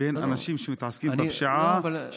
בין אנשים שמתעסקים בפשיעה,